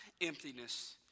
emptiness